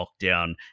lockdown